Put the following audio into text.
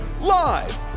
live